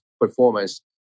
performance